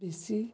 ବେଶୀ